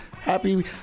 Happy